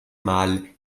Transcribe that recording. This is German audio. mal